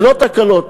ללא תקלות,